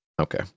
Okay